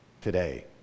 today